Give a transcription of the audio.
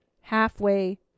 halfway